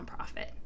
nonprofit